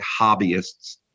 hobbyists